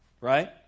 Right